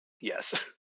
Yes